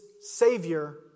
Savior